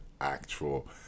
actual